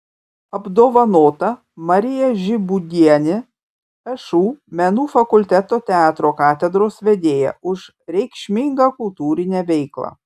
apdovanota marija žibūdienė šu menų fakulteto teatro katedros vedėja už reikšmingą kultūrinę veiklą